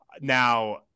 Now